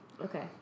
Okay